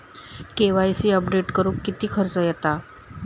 KYC update करुक किती खर्च येता?